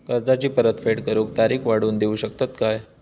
कर्जाची परत फेड करूक तारीख वाढवून देऊ शकतत काय?